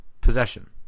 possession